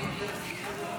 אנחנו מצ'פרים.